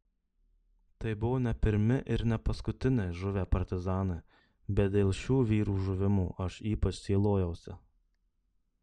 tai buvo ne pirmi ir ne paskutiniai žuvę partizanai bet dėl šių vyrų žuvimo aš ypač sielojausi